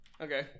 okay